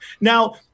Now